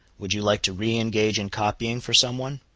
would you like to re-engage in copying for some one?